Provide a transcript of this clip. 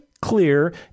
clear